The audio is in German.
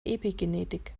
epigenetik